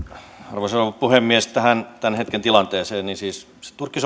arvoisa rouva puhemies tähän tämän hetken tilanteeseen turkki